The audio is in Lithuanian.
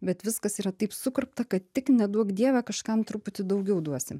bet viskas yra taip sukurpta kad tik neduok dieve kažkam truputį daugiau duosim